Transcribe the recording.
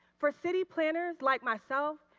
for city planners like myself,